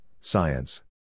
science